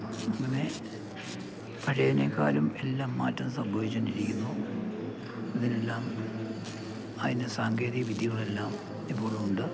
ഇങ്ങനെ പഴയതിനേക്കാളും എല്ലാം മാറ്റം സംഭവിച്ചു കൊണ്ടിരിക്കുന്നു ഇതിനെല്ലാം അതിൻ്റെ സാങ്കേതിക വിദ്യകളെല്ലാം ഇപ്പോഴും ഉണ്ട്